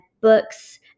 books